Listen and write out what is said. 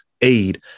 aid